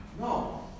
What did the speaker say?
No